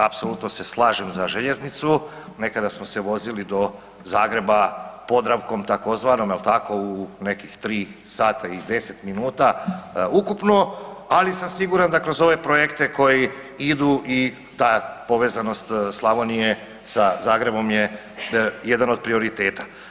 Apsolutno se slažem za željeznicu, nekada smo se vozili do Zagreba „Podravkom“ tzv. jel tako u nekih 3 sata i 10 minuta ukupno, ali sam siguran da kroz ove projekte koji idu i ta povezanost Slavonije sa Zagrebom je jedan od prioriteta.